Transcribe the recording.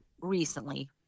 recently